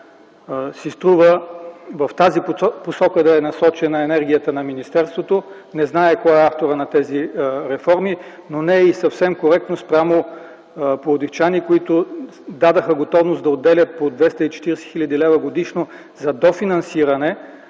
си струва в тази посока да е насочена енергията на министерството. Не зная кой е авторът на тези реформи, но не е и съвсем коректно спрямо пловдивчани, които изразиха готовност да отделят по 240 хил. лв. годишно за дофинансиране